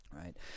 right